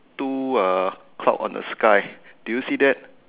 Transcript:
two uh cloud on the sky do you see that